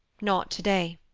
not to-day.